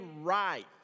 right